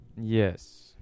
Yes